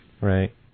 Right